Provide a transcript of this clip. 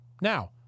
Now